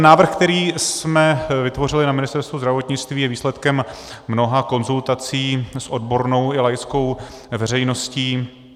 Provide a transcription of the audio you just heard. Návrh, který jsme vytvořili na Ministerstvu zdravotnictví, je výsledkem mnoha konzultací s odbornou i laickou veřejností.